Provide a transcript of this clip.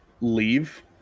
leave